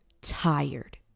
tired